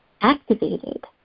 activated